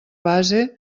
base